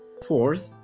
fourth,